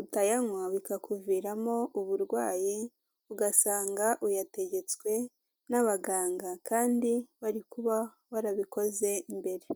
utayanywa, bikakuviramo uburwayi, ugasanga uyategetswe n'abaganga, kandi wari kuba warabikoze mbere.